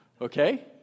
Okay